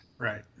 Right